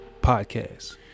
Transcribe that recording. podcast